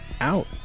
out